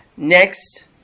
Next